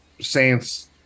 Saints